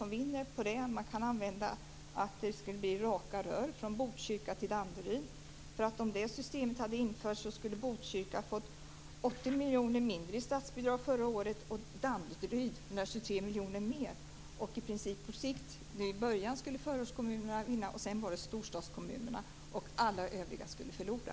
Man kan säga att det skulle bli raka rör från Botkyrka till Danderyd, för om det systemet hade införts skulle Botkyrka ha fått 80 miljoner mindre i statsbidrag förra året och Danderyd 123 miljoner mer. I början skulle förortskommunerna vinna på det och därefter storstadskommunerna. Alla övriga skulle förlora.